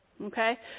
Okay